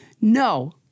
No